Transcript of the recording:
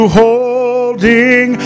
holding